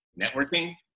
networking